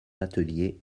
atelier